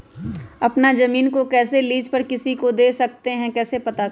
अपना जमीन को कैसे लीज पर किसी को दे सकते है कैसे पता करें?